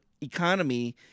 economy